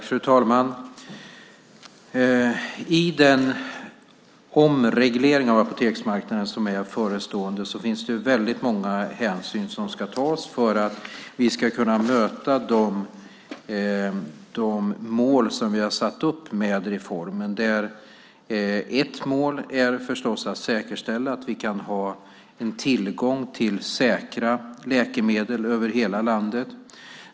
Fru talman! I den omreglering av apoteksmarknaden som är förestående finns det väldigt många hänsyn som ska tas för att vi ska kunna möta de mål som vi har satt upp med reformen. Ett mål är förstås att säkerställa att vi kan ha tillgång till säkra läkemedel över hela landet.